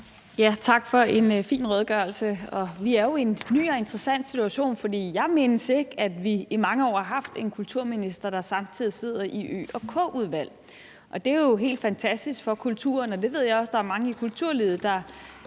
Tak for en fin redegørelse. Vi er jo i en ny og interessant situation, for jeg mindes ikke, at vi i mange år har haft en kulturminister, der samtidig sidder i Økonomi- og Koordinationsudvalget, og det er jo helt fantastisk for kulturen. Det ved jeg også der er mange i kulturlivet der